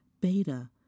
beta